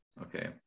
okay